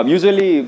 Usually